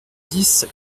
dix